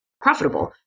profitable